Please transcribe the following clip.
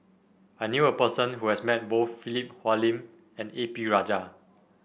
I knew a person who has met both Philip Hoalim and A P Rajah